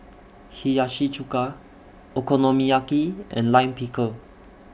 Hiyashi Chuka Okonomiyaki and Lime Pickle